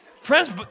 Friends